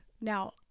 Now